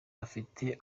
ufite